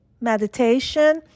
meditation